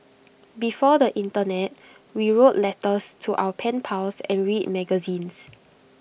before the Internet we wrote letters to our pen pals and read magazines